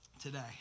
today